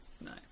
No